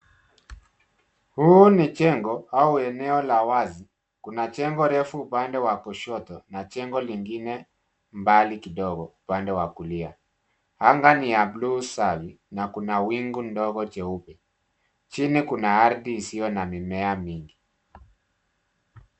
Huu ni jengo au eneo la wazi. Kuna jengo refu upande wa kushoto na jengo lingine mbali kidogo upande wa kulia. Anga ni ya buluu safi na kuna wingu ndogo jeupe. Chini kuna ardhi isiyo na mimea mingi.